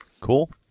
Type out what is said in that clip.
Cool